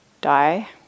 die